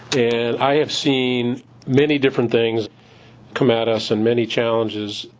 and i have seen many different things come at us and many challenges.